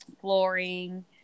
flooring